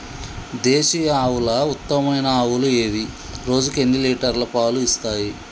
దేశీయ ఆవుల ఉత్తమమైన ఆవులు ఏవి? రోజుకు ఎన్ని లీటర్ల పాలు ఇస్తాయి?